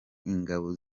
ingabo